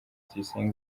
tuyisenge